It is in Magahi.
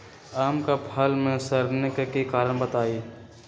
आम क फल म सरने कि कारण हई बताई?